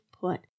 put